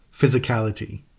physicality